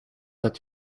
het